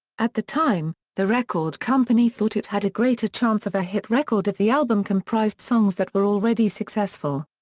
at the time, the record company thought it had a greater chance of a hit record if the album comprised songs that were already successful.